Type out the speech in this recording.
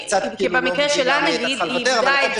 קצת לא מבין למה היא הייתה צריכה לוותר.